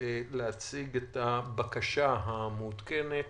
להציג את הבקשה המעודכנת